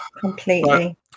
completely